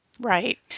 Right